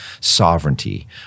sovereignty